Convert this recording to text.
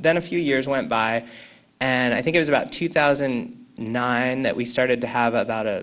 then a few years went by and i think it is about two thousand and nine that we started to have a